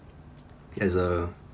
yes uh